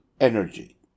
energy